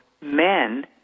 men